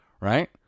Right